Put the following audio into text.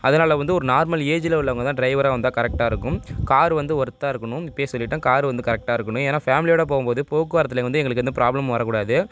அதனால வந்து ஒரு நார்மல் ஏஜில் உள்ளவங்க தான் டிரைவராக வந்தா கரெக்டா இருக்கும் கார் வந்து ஒர்த்தா இருக்கணும் இப்பையே சொல்லிட்டேன் கார் வந்து கரெக்டா இருக்கணும் ஏன்னா ஃபேமிலியோட போகும்போது போக்குவரத்தில் வந்து எங்களுக்கு எந்த ப்ராப்ளமும் வரக்கூடாது